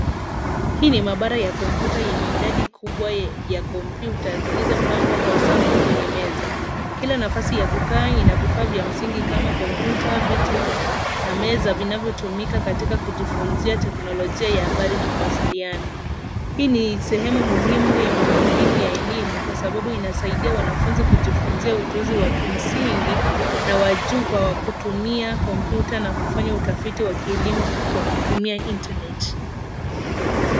Hii ni maabara ya kompyuta yenye idadi kubwa ya kompyuta zilizopangwa kwa safu kwenye meza. Kila nafasi ya kukaa ina vifaa vya msingi kama kompyuta, viti, na meza, vinavyotumika katika kujifunzia teknolojia ya habari na mawasiliano. Hii ni sehemu muhimu ya miundo mbinu ya elimu, kwa sababu inasaidia wanafunzi kujifunzia ujuzi wa kimsingi na wa juu, kwa kutumia kompyuta na kufanya utafiti ya kielimu kwa kutumia internet .